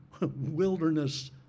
wilderness